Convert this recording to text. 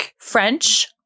french